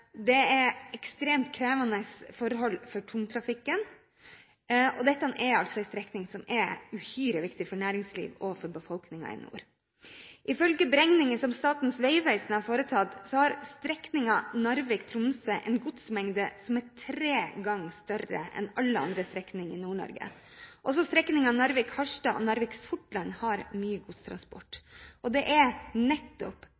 Det er ekstremt krevende forhold for tungtrafikken, og dette er en strekning som er uhyre viktig for næringsliv og for befolkningen i nord. Ifølge beregninger som Statens vegvesen har foretatt, har strekningen Narvik–Tromsø en godsmengde som er tre ganger større enn alle andre strekninger i Nord-Norge. Også strekningene Narvik–Harstad og Narvik–Sortland har mye godstransport, og det er nettopp